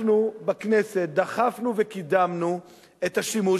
אנחנו בכנסת דחפנו וקידמנו את השימוש